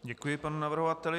Děkuji panu navrhovateli.